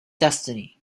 destiny